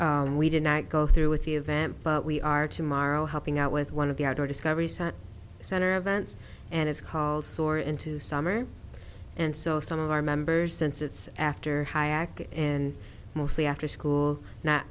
so we did not go through with the event but we are tomorrow helping out with one of the outdoor discovery center center of vents and is called soar into summer and so some of our members since it's after high act and mostly after school no